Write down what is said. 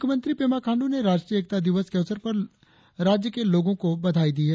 मुख्यमंत्री पेमा खाण्डू ने राष्ट्रीय एकता दिवस के अवसर पर राज्य के लोगों को बधाई दी है